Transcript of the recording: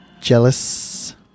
Jealous